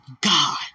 God